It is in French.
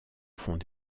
font